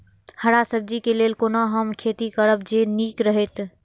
हरा सब्जी के लेल कोना हम खेती करब जे नीक रहैत?